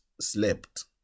slept